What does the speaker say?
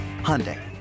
Hyundai